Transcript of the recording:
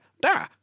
Da